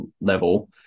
level